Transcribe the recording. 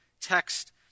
text